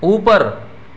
اوپر